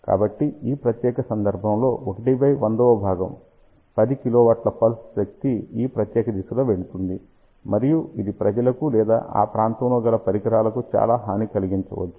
కాబట్టి ఆ ప్రత్యేక సందర్భంలో 1100 వ భాగం 10 కిలోవాట్ల పల్స్ శక్తి ఈ ప్రత్యేక దిశలో వెళుతుంది మరియు ఇది ప్రజలకు లేదా ఆ ప్రాంతంలో గల పరికరాలకు చాలా హాని కలిగించవచ్చు